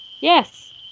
Yes